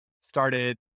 started